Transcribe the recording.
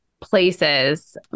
places